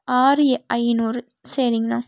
ஆறு ஐந்நூறு சரிங்கண்ணா